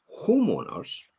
homeowners